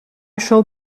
shall